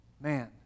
man